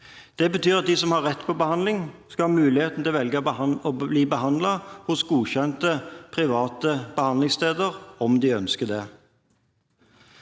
Det betyr at de som har rett på behandling, skal få mulighet til å velge å bli behandlet hos godkjente private behandlingssteder, om de ønsker det.